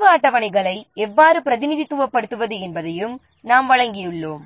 செலவு அட்டவணைகளை எவ்வாறு பிரதிநிதித்துவப்படுத்துவது என்பதையும் நாம் வழங்கியுள்ளோம்